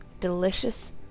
delicious